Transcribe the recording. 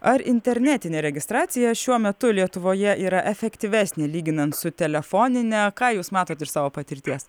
ar internetinė registracija šiuo metu lietuvoje yra efektyvesnė lyginant su telefonine ką jūs matot iš savo patirties